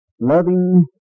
loving